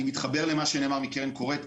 אני מתחבר למה שנאמר על ידי קרן קורת.